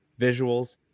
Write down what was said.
visuals